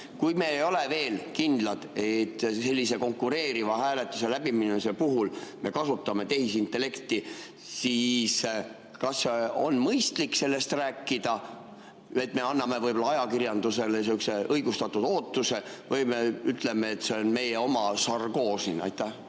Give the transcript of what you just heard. kui me ei ole veel kindlad, et sellise konkureeriva hääletuse läbiminemise puhul me kasutame tehisintellekti, siis kas on mõistlik sellest rääkida, me võib-olla [tekitame] ajakirjanduses sihukese õigustatud ootuse, või ütleme, et see on meie oma žargoon siin. Tänan,